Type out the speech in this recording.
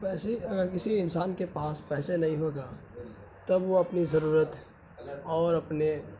پیسے اگر کسی انسان کے پاس پیسے نہیں ہوگا تب وہ اپنی ضرورت اور اپنے